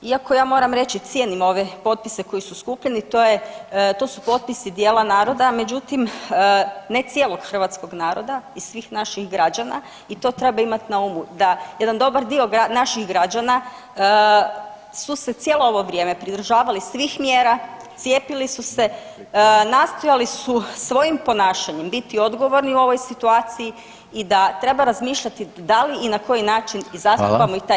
Iako ja moram reći cijenim ove potpise koji su skupljeni, to je, to su potpisi dijela naroda međutim ne cijelog hrvatskog naroda i svih naših građana i to treba imati na umu da jedan dobar dio naših su se cijelo ovo vrijeme pridržavali svih mjera, cijepili su se, nastojali su svojim ponašanjem biti odgovorni u ovoj situaciji i da treba razmišljati da li i na koji način zastupamo [[Upadica: Hvala.]] i taj dio naroda.